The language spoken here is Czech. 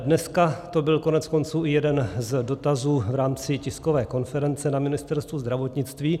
Dneska to byl koneckonců i jeden z dotazů v rámci tiskové konference na Ministerstvu zdravotnictví.